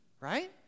right